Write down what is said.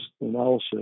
analysis